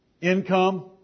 income